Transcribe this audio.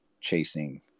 chasing